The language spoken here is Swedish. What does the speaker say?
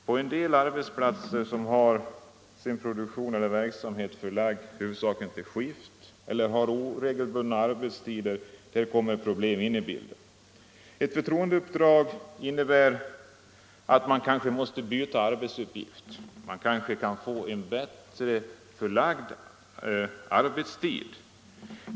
På en del arbetsplatser, där verksamheten huvudsakligen är förlagd till skift eller där man har oregelbundna arbetstider, kommer problem in i bilden. Ett förtroendeuppdrag innebär kanske att man måste byta arbetsuppgift. Man kanske kan få arbetstiden bättre förlagd.